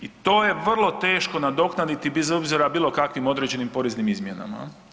To je vrlo teško nadoknaditi bez obzira, bilo kakvim određenim poreznim izmjenama.